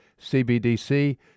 CBDC